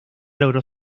logró